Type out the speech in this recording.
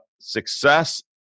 success